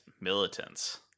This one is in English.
militants